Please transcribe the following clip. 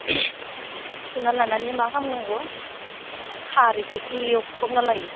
सुना लानानै मा खालामनांगौ खारैजों एवख्रबना लायो